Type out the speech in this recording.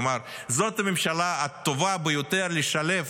כלומר, זאת הממשלה הטובה ביותר לשלב